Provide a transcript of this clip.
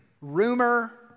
rumor